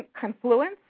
confluence